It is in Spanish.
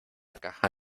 caja